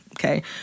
Okay